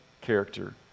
character